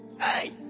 hey